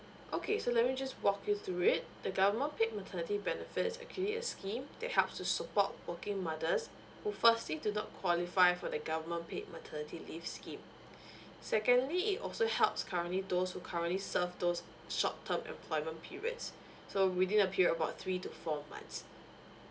okay so let me just walk you through it the government paid maternity benefits actually a scheme that helps to support working mothers who firstly do not qualify for the government paid maternity leave scheme secondly it also helps currently those who currently serve those short term employment periods so within the period about three to four months